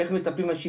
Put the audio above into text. איך מטפלים באנשים,